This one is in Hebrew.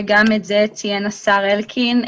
וגם את זה ציין השר אלקין,